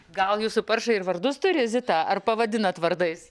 gal jūsų paršai ir vardus turi zita ar pavadinat vardais